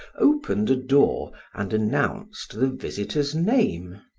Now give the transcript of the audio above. opened a door and announced the visitor's name.